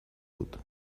dut